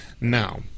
Now